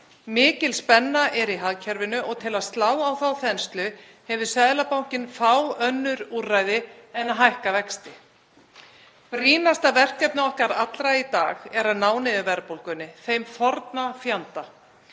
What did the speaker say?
Mikil spenna er í hagkerfinu og til að slá á þá þenslu hefur Seðlabankinn fá önnur úrræði en að hækka vexti. Brýnasta verkefni okkar allra í dag er að ná niður verðbólgunni, þeim forna fjanda.